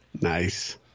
nice